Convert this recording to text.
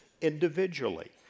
individually